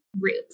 roots